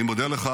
אני מודה לך